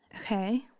okay